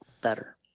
better